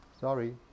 Sorry